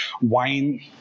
wine